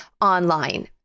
online